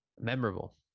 memorable